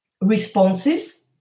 responses